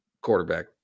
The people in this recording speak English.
Quarterback